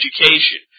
education